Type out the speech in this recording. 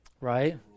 Right